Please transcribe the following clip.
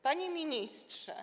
Panie Ministrze!